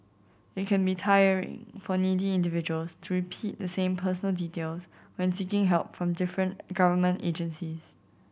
it can be tiring for needy individuals to repeat the same personal details when seeking help from different government agencies